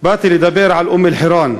באתי לדבר על אום-אלחיראן,